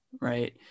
right